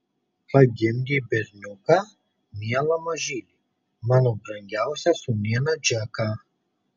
pagimdė berniuką mielą mažylį mano brangiausią sūnėną džeką